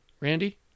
Randy